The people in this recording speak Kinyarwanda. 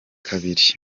kabiri